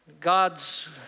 God's